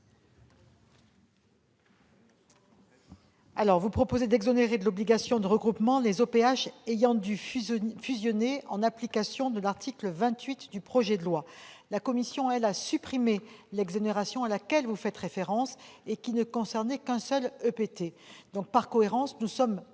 vous proposez d'exonérer de l'obligation de regroupement les OPH ayant dû fusionner en application de l'article 28 du projet de loi. La commission a supprimé l'exonération à laquelle vous faites référence, qui ne concernait qu'un seul EPT. Elle émet donc, par cohérence,